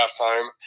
halftime